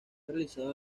realizado